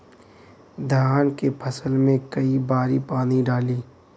धान के फसल मे कई बारी पानी डाली?